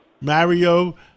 Mario